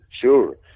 sure